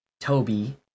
Toby